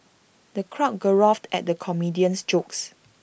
the crowd guffawed at the comedian's jokes